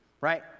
right